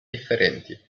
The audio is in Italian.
differenti